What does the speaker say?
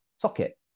socket